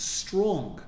strong